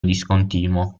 discontinuo